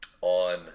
on